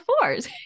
fours